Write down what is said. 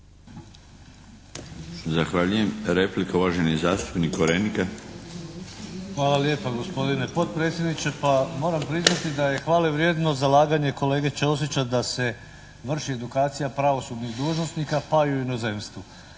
Zahvaljujem. Replika, uvaženi zastupnik Korenika. **Korenika, Miroslav (SDP)** Hvala lijepa gospodine potpredsjedniče. Pa moram priznati da je hvalevrijedno zalaganje kolege Ćosića da se vrši edukacija pravosudnih dužnosnika pa i u inozemstvu,